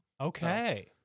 Okay